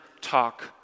talk